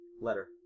Letter